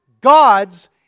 God's